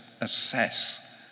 assess